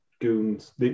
goons